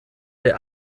der